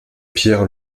pierre